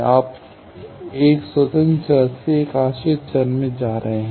आप एक स्वतंत्र चर से एक आश्रित चर में जा रहे हैं